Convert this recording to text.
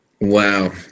Wow